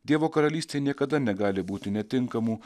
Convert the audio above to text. dievo karalystėj niekada negali būti netinkamų